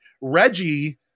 Reggie